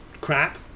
crap